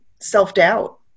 self-doubt